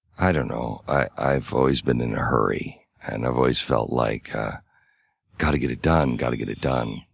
i don't know. i've always been in a hurry and i've always felt like gotta get it done, gotta get it done.